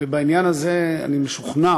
ובעניין הזה אני משוכנע,